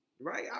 Right